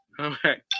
Okay